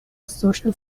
social